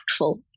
impactful